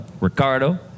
Ricardo